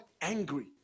angry